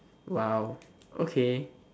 !wow! okay